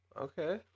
Okay